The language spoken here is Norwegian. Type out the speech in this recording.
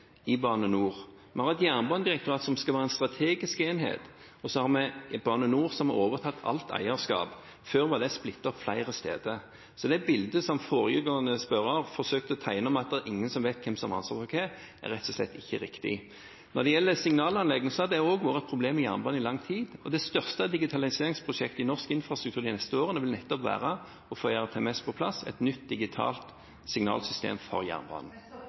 i Bane NOR. Vi har et jernbanedirektorat som skal være en strategisk enhet, og så har vi Bane NOR, som har overtatt alt eierskap. Før var det splittet opp på flere steder. Så det bildet som foregående spørrer forsøkte å tegne, at ingen vet hvem som har ansvar for hva, er rett og slett ikke riktig. Når det gjelder signalanlegget, har det vært et problem for jernbanen i lang tid. Det største digitaliseringsprosjektet i norsk infrastruktur de neste årene vil nettopp være å få på plass et nytt digitalt signalsystem, ERTMS, for jernbanen.